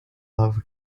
love